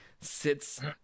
sits